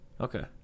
Okay